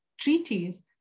treaties